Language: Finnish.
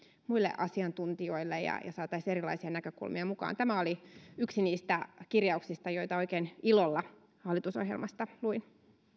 muille asiantuntijoille ja saataisiin erilaisia näkökulmia mukaan tämä oli yksi niistä kirjauksista joita oikein ilolla hallitusohjelmasta luin